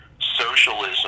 socialism